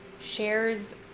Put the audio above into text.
shares